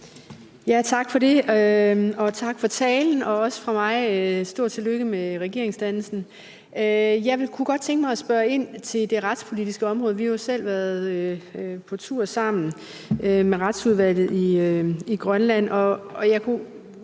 Tak for det, og tak for talen. Og også fra mig et meget stort tillykke med regeringsdannelsen. Jeg kunne godt tænke mig at spørge ind til det retspolitiske område. Vi har jo været på tur sammen med Retsudvalget i Grønland.